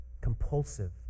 compulsive